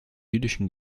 jüdischen